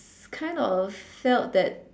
kind of felt that